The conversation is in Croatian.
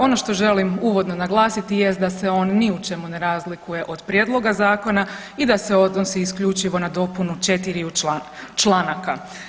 Ono što želim uvodno naglasiti jest da se on ni u čemu ne razlikuje od prijedloga zakona i da se odnosi isključivo na dopunu četiriju članaka.